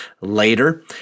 later